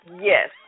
Yes